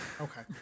Okay